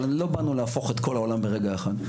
אבל לא באנו להפוך את כל העולם ברגע אחד.